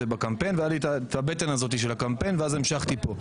עבדתי לפני זה בקמפיין ואז המשכתי לפה.